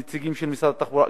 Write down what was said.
נציגים של משרד התחבורה,